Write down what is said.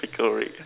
pickle Rick